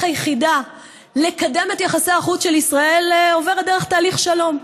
היחידה לקדם את יחסי החוץ של ישראל עוברת דרך תהליך שלום.